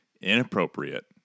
Inappropriate